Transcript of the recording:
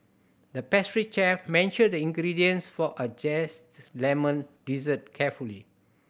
the pastry chef measured the ingredients for a lemon dessert carefully